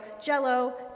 jello